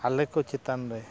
ᱟᱞᱮ ᱠᱚ ᱪᱮᱛᱟᱱᱨᱮ